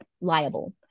liable